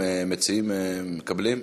המציעים מקבלים?